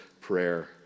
prayer